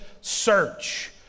search